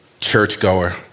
churchgoer